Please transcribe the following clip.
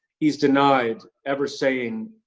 he's denied every saying,